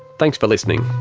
thanks for listening